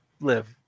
live